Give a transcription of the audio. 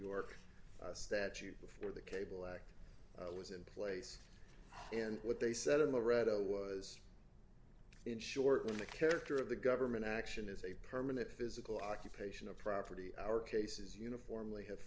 york statute before the cable act was in place and what they said in the read of was in short when the character of the government action is a permanent physical occupation of property or cases uniformly have